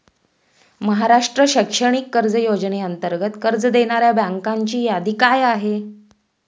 महाराष्ट्र शैक्षणिक कर्ज योजनेअंतर्गत कर्ज देणाऱ्या बँकांची यादी काय आहे?